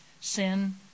Sin